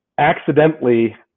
accidentally